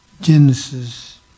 Genesis